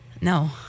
No